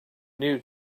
new